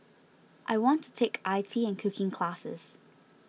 I want to take I T and cooking classes